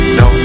no